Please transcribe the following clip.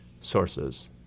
sources